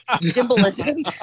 symbolism